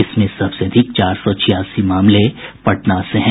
इसमें सबसे अधिक चार सौ छियासी मामले पटना से हैं